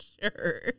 sure